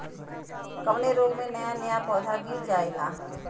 कवने रोग में नया नया पौधा गिर जयेला?